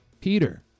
Peter